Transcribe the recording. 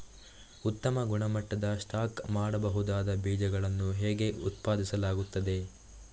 ಉತ್ತಮ ಗುಣಮಟ್ಟದ ಸ್ಟಾಕ್ ಮಾಡಬಹುದಾದ ಬೀಜಗಳನ್ನು ಹೇಗೆ ಉತ್ಪಾದಿಸಲಾಗುತ್ತದೆ